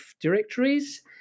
directories